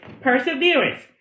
perseverance